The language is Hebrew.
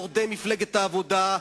מורדי מפלגת העבודה,